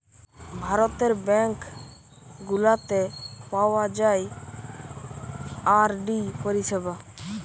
ভারতের ব্যাঙ্ক গুলাতে পাওয়া যায় আর.ডি পরিষেবা